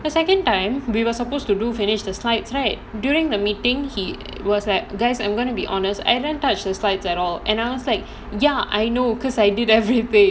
the second time we were supposed to do finish the slides right during the meeting he was like guys I'm gonna be honest I didn't touch the slides at all and I was like ya I know because I did everything